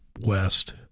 west